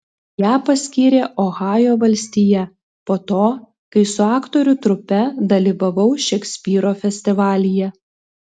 ją paskyrė ohajo valstija po to kai su aktorių trupe dalyvavau šekspyro festivalyje